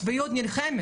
שאנחנו קוראים כאן,